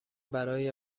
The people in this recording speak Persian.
برای